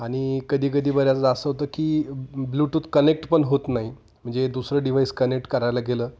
आणि कधीकधी बऱ्याचं असं होतं की ब्लूटूथ कनेक्ट पण होत नाही म्हणजे दुसरं डिवाईस कनेक्ट करायला गेलं